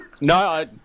No